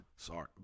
Sorry